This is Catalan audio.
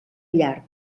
llarg